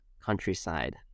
countryside